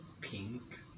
pink